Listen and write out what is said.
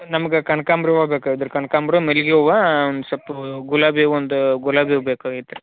ನಮ್ಗೆ ಕನಕಾಂಬರಿ ಹೂವು ಬೇಕಾಗಿದ್ವುರೀ ಕನಕಾಂಬ್ರಿ ಮಲ್ಲಿಗೆ ಹೂವು ಒನ್ ಸ್ವಲ್ಪ್ ಗುಲಾಬಿ ಒಂದು ಗುಲಾಬಿ ಹೂವು ಬೇಕಾಗಿತ್ರೀ